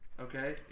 Okay